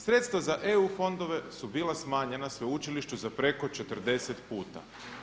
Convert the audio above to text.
Sredstva za eu fondove su bila smanjena sveučilištu za preko 40 puta.